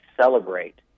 celebrate